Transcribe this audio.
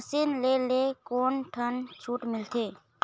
Machine ले ले कोन ठन छूट मिलथे?